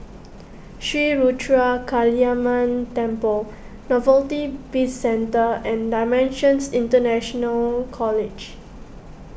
Sri Ruthra Kaliamman Temple Novelty Bizcentre and Dimensions International College